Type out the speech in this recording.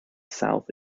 south